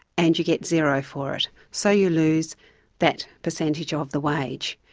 and you get zero for it, so you lose that percentage ah of the wage.